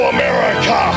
America